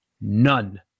None